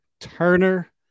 Turner